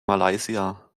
malaysia